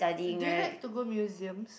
do you like to go museums